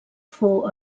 fou